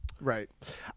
Right